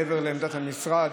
מעבר לעמדת המשרד,